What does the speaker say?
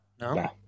No